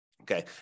Okay